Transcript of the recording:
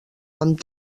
amb